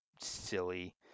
silly